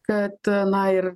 kad na ir